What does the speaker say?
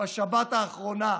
בשבת האחרונה,